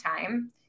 time